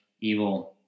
evil